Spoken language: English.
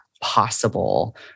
possible